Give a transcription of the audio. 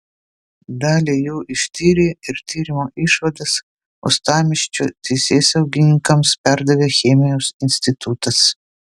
dalį jų ištyrė ir tyrimo išvadas uostamiesčio teisėsaugininkams perdavė chemijos institutas